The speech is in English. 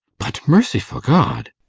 but, merciful god!